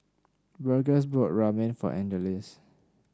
Burgess bought Ramen for Angeles